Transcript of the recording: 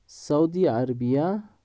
Saudi Arabia